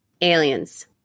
Aliens